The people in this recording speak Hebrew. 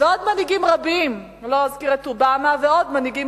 אני לא אזכיר את אובמה ועוד מנהיגים